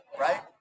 Right